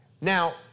Now